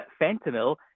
fentanyl